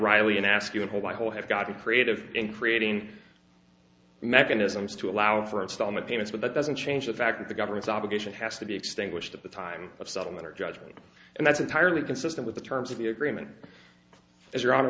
reilly and ask you a whole the whole have got to be creative in creating mechanisms to allow for installment payments but that doesn't change the fact that the government's obligation has to be extinguished at the time of settlement or judgment and that's entirely consistent with the terms of the agreement as